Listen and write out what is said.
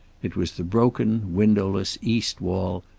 it was the broken, windowless east wall,